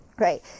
Right